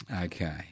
Okay